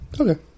Okay